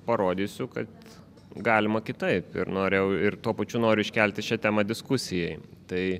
parodysiu kad galima kitaip ir norėjau ir tuo pačiu noriu iškelti šią temą diskusijai tai